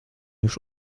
już